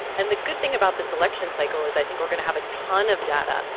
and the good thing about this election cycle is i think we're going to have a ton of data.